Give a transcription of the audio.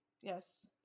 Yes